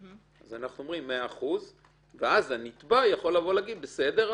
גם הנתבע יכול להגיד: בסדר,